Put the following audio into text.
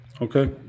okay